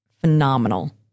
phenomenal